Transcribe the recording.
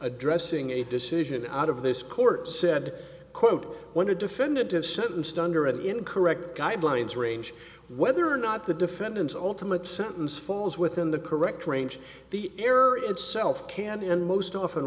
addressing a decision out of this court said quote when a defendant is sentenced under a in correct guidelines range whether or not the defendant's ultimate sentence falls within the correct range the error itself can and most often